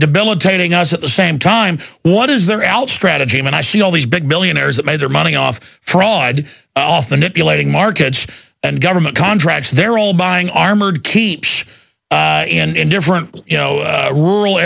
debilitating us at the same time what is there out strategy when i see all these big billionaires that made their money off fraud off the nipple letting markets and government contracts they're all buying armored keep and different you know